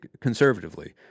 conservatively